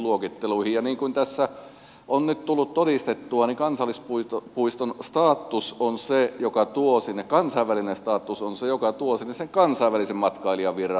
niin kuin tässä on nyt tullut todistettua kansallispuiston kansainvälinen status on se joka tuo sinne sen kansainvälisen matkailijavirran